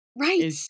right